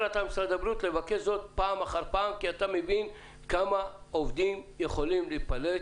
אתה מבין כמה עובדים יכולים להיפלט